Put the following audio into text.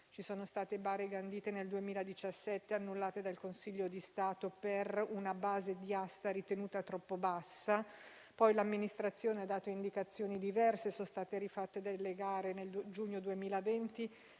Ci sono state gare bandite nel 2017 e annullate dal Consiglio di Stato per una base d'asta ritenuta troppo bassa, poi l'amministrazione ha dato indicazioni diverse e sono state rifatte delle gare nel giugno 2020,